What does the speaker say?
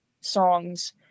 songs